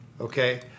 Okay